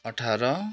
अठार